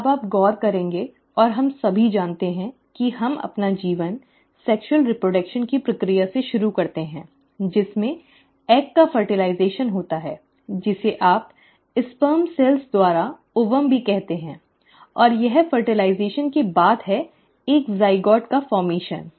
अब आप गौर करेंगे और हम सभी जानते हैं कि हम अपना जीवन सेक्स्यूअल रीप्रडक्शन की प्रक्रिया से शुरू करते हैं जिसमें अंडे का निषेचन होता है जिसे आप शुक्राणु कोशिकाओं द्वारा डिंब भी कहते हैं और यह निषेचन के बाद है एक ज़ाइगोट का गठन है